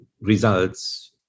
results